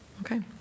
Okay